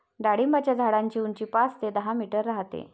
डाळिंबाच्या झाडाची उंची पाच ते दहा मीटर राहते